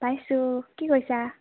পাইছোঁ কি কৰিছা